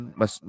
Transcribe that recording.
mas